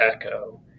echo